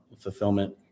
fulfillment